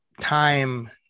time